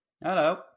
Hello